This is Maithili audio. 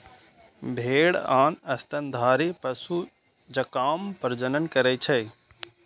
भेड़ आन स्तनधारी पशु जकां प्रजनन करै छै